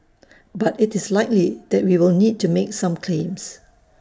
but IT is likely that we will need to make some claims